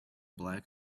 black